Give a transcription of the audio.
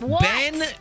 Ben